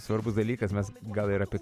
svarbus dalykas mes gal ir apie